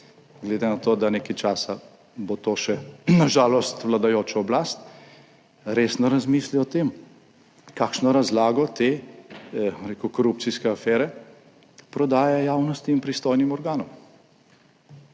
glede na to, da nekaj časa bo to še na žalost vladajoča oblast, resno razmisli o tem, kakšno razlago te, bom rekel, korupcijske afere prodaja javnosti in pristojnim organom.